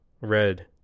red